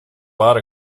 bought